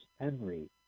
Henry